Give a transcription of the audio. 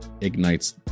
ignites